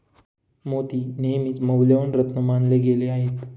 मोती नेहमीच मौल्यवान रत्न मानले गेले आहेत